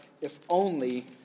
if-only